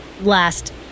last